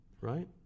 Right